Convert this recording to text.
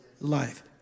life